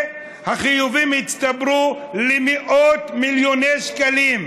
והחיובים הצטברו למאות מיליוני שקלים,